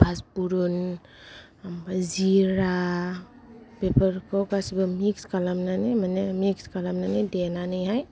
फासफुरुन ओमफ्राय जिरा बेफोरखौ गासिबो मिक्स खालामनानै मानिदेनानै हाय